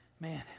man